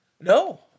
No